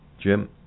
Jim